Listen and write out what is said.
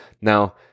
Now